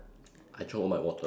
I throw all my water